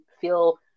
feel